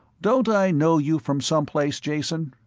don't i know you from someplace, jason?